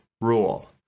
rule